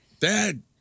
Dad